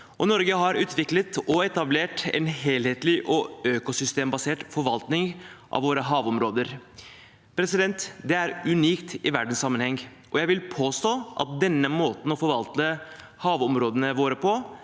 Norge har utviklet og etablert en helhetlig og økosystembasert forvaltning av våre havområder. Det er unikt i verdenssammenheng, og jeg vil påstå at denne måten å forvalte havområdene våre på